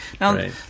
Now